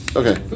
okay